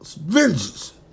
vengeance